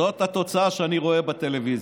זאת התוצאה שאני רואה בטלוויזיה.